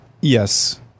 Yes